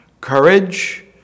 courage